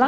last